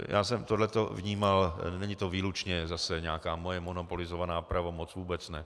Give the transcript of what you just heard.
Já jsem tohle to vnímal, není to výlučně zase moje nějaká monopolizovaná pravomoc, vůbec ne.